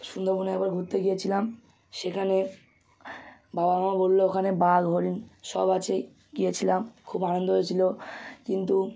সুন্দরবনে একবার ঘুরতে গিয়েছিলাম সেখানে বাবা মা বললো ওখানে বাঘ হরিণ সব আছে গিয়েছিলাম খুব আনন্দ হয়েছিলো কিন্তু